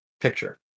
Picture